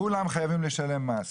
כולם צריכים לשלם מס.